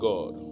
God